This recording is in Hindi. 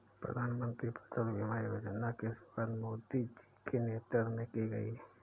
प्रधानमंत्री फसल बीमा योजना की शुरुआत मोदी जी के नेतृत्व में की गई है